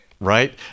right